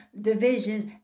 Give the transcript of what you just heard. divisions